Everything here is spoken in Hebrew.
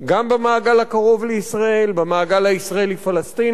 גם במעגל הקרוב לישראל, במעגל הישראלי פלסטיני,